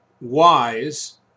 Wise